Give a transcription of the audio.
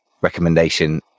recommendation